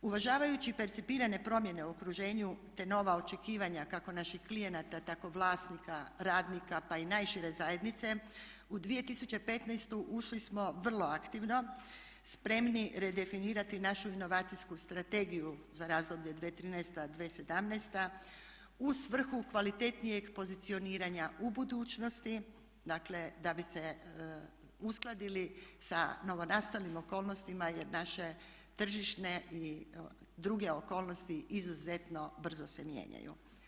Uvažavajući percipirane promjene u okruženju te nova očekivanja kako naših klijenata, tako vlasnika, radnika pa i najšire zajednice u 2015. ušli smo vrlo aktivno spremni redefinirati našu inovacijsku strategiju za razdoblje 2013./2017. u svrhu kvalitetnijeg pozicioniranja u budućnosti dakle da bi se uskladili sa novonastalim okolnostima jer naše tržišne i druge okolnosti izuzetno brzo se mijenjaju.